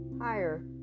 higher